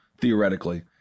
theoretically